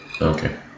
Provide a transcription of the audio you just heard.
Okay